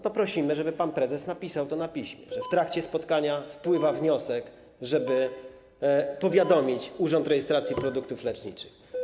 To prosimy, żeby pan prezes napisał to na piśmie, że w trakcie spotkania wpłynął wniosek, żeby powiadomić urząd rejestracji produktów leczniczych.